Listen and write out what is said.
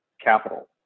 capital